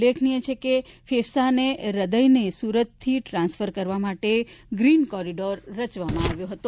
ઉલ્લેખનિય છે કે ફેફસા અને હૃદયને સુરતની ટ્રાન્સફર કરવા માટે ગ્રીન કોરીડોર રચવામાં આવ્યો હતો